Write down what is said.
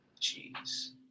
Jeez